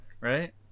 right